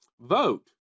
vote